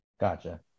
gotcha